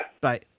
Bye